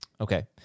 Okay